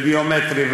לביומטרי,